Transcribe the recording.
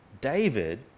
David